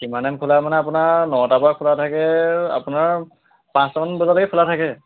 কিমান টাইম খোলা মানে আপোনাৰ নটাৰ পৰা খোলা থাকে আপোনাৰ পাঁচটামান বজালৈকে খোলা থাকে